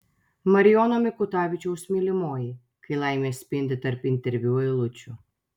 marijono mikutavičiaus mylimoji kai laimė spindi tarp interviu eilučių